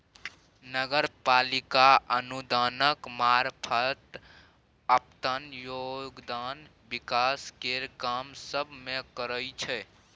नगर पालिका अनुदानक मारफत अप्पन योगदान विकास केर काम सब मे करइ छै